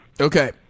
Okay